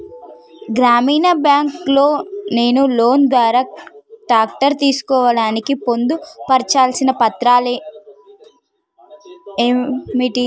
గ్రామీణ బ్యాంక్ లో నేను లోన్ ద్వారా ట్రాక్టర్ తీసుకోవడానికి పొందు పర్చాల్సిన పత్రాలు ఏంటివి?